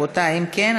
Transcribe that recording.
אם כן,